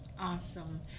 awesome